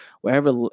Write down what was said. wherever